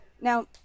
Now